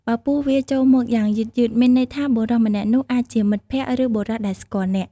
បើពស់វារចូលមកយ៉ាងយឺតៗ មានន័យថាបុរសម្នាក់នោះអាចជាមិត្តភក្តិ ឬ បុរសដែលស្គាល់អ្នក។